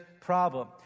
problem